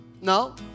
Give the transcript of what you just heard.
No